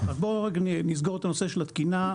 בוא נסגור את הנושא של התקינה.